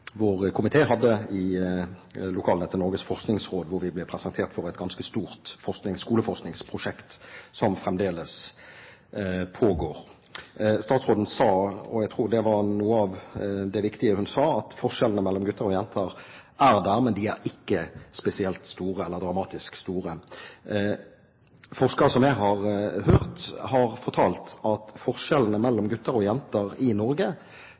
vår komité hadde i lokalene til Norges forskningsråd, hvor vi ble presentert for et ganske stort skoleforskningsprosjekt som fremdeles pågår. Statsråden sa – og jeg tror det var noe av det viktige hun sa – at forskjellene mellom gutter og jenter er der, men de er ikke dramatisk store. Forskere som jeg har hørt, har fortalt at forskjellene mellom gutter og jenter i Norge